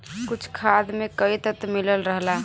कुछ खाद में कई तत्व मिलल रहला